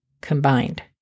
combined